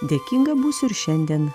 dėkinga būsiu ir šiandien